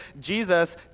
Jesus